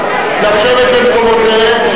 לשבת במקומותיהם,